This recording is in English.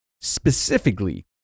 specifically